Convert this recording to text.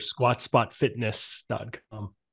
squatspotfitness.com